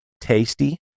Tasty